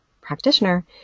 practitioner